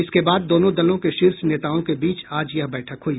इसके बाद दोनों दलों के शीर्ष नेताओं के बीच आज यह बैठक हई